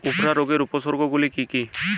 উফরা রোগের উপসর্গগুলি কি কি?